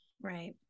Right